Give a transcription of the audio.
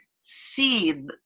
seen